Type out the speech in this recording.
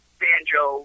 banjo